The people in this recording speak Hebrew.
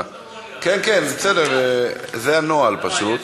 לא, לא מעוניין, בסדר, זה הנוהל, פשוט.